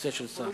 בכיסא של שר.